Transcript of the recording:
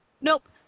Nope